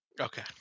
Okay